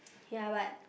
ya but